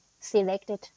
selected